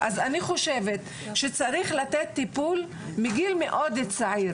אז אני חושבת שצריך לתת טיפול מגיל מאוד צעיר.